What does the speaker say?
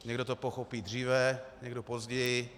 Někdo to pochopí dříve, někdo později.